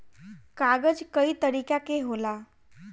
कागज कई तरीका के होला